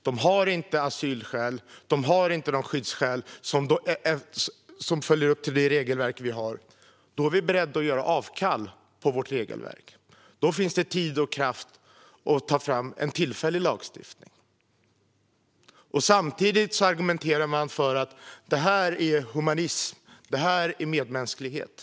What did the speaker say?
De har inte asylskäl, och de har inte de skyddsskäl som krävs enligt det regelverk vi har. Då är vi beredda att göra avkall på vårt regelverk. Då finns det tid och kraft att ta fram en tillfällig lösning. Samtidigt argumenterar man för att detta är humanism och medmänsklighet.